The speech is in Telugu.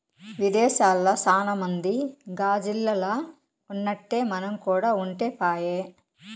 విదేశాల్ల సాన మంది గాజిల్లల్ల ఉన్నట్టే మనం కూడా ఉంటే పాయె